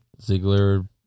Ziggler